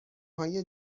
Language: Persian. های